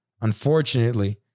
Unfortunately